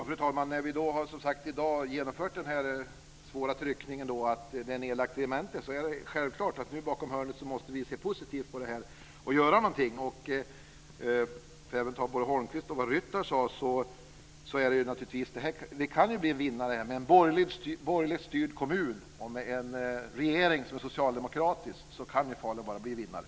Fru talman! När vi i dag som sagt har genomfört den här svåra tryckningen och lagt ned regementen är det självklart att vi bakom hörnet måste se positivt på det här och göra någonting. För att ta fasta på vad både Abramsson och Ryttar sade är det naturligtvis så att vi kan bli en vinnare här. Med en borgerligt styrd kommun och en regering som är socialdemokratisk kan ju Falun bara bli en vinnare.